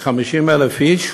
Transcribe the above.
כ-50,000 איש,